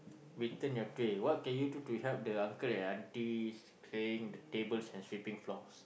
return your tray what can you do to help the uncle and aunties clearing the tables and sweeping floors